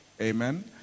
amen